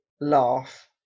laugh